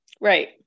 right